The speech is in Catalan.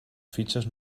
fitxes